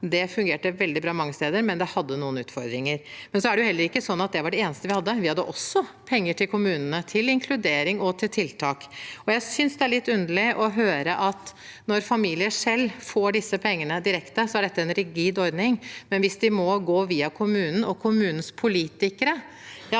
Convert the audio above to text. Det fungerte veldig bra mange steder, men det hadde noen utfordringer. Det er heller ikke slik at det var det eneste vi hadde. Vi hadde også penger til kommunene, til inkludering og til tiltak. Jeg synes det er litt underlig å høre at når familier selv får disse pengene direkte, er det en rigid ordning, men hvis de må gå via kommunen og kommunens politikere,